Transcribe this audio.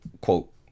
quote